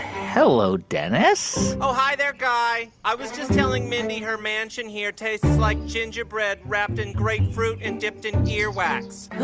hello, dennis oh, hi there, guy. i was just telling mindy her mansion here tastes like gingerbread wrapped in grapefruit and dipped in ear wax